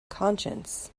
conscience